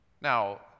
Now